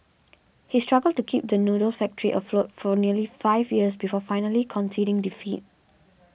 he struggled to keep the noodle factory afloat for nearly five years before finally conceding defeat